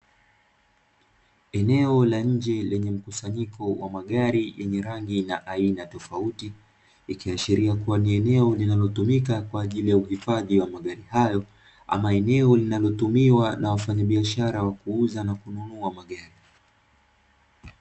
Eneo la nje lenye mkusanyiko wa magari yenye rangi na aina tofauti, ikiashiria kuwa ni eneo linalotumika kwa ajili ya uhifadhi magari hayo, ama eneo linalotumiwa na wafanyabiashara wa kuuza na kununua magari.